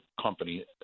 company